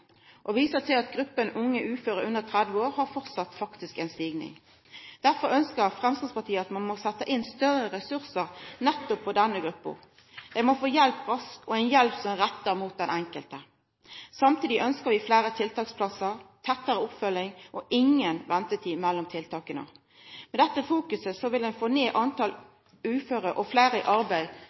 og viser til at gruppa unge uføre under 30 år faktisk framleis har ein auke. Derfor ønskjer Framstegspartiet at ein må setja inn større ressursar nettopp for denne gruppa. Dei må få hjelp raskt – og ei hjelp som er retta mot den einskilde. Samstundes ønskjer vi fleire tiltaksplassar, tettare oppfølging og inga ventetid mellom tiltaka. Med dette fokuset vil ein få ned talet på uføre og få fleire i arbeid,